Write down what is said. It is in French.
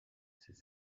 ces